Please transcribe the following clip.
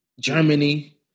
Germany